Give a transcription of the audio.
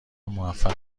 موفق